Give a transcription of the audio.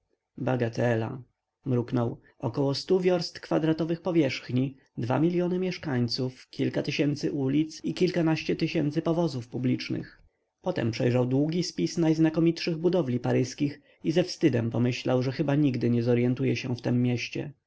bagatela mruknął około stu wiorst kwadratowych powierzchni dwa miliony mieszkańców kilka tysięcy ulic i kilkanaście tysięcy powozów publicznych potem przejrzał długi spis najznakomitszych budowli paryskich i ze wstydem pomyślał że chyba nigdy nie zoryentuje się w tem mieście